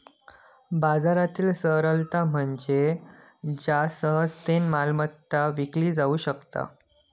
बाजारातील तरलता म्हणजे ज्या सहजतेन मालमत्ता विकली जाउ शकता